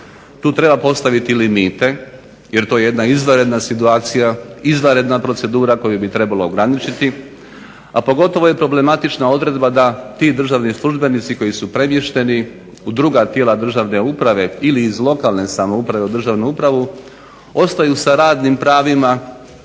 tu treba postaviti limite jer to je jedna izvanredna situacija, izvanredna procedura koju bi trebalo ograničiti, a pogotovo je problematična odredba da ti državni službenici koji su premješteni u druga tijela državne uprave ili iz lokalne samouprave u državnu upravu ostaju sa radnim pravima